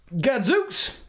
Gadzooks